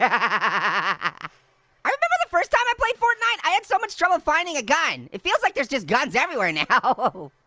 i i remember the first time i played fortnite, i had so much trouble finding a gun. it feels like there's just guns everywhere now. ah oh,